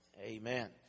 Amen